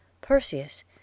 Perseus